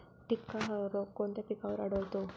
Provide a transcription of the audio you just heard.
टिक्का हा रोग कोणत्या पिकावर आढळतो?